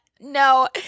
No